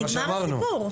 ונגמר הסיפור.